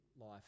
life